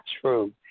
true